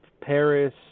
Paris